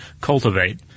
cultivate